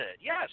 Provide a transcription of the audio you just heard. Yes